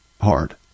hard